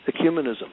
ecumenism